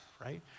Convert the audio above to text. right